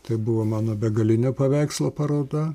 tai buvo mano begalinio paveikslo paroda